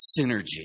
synergy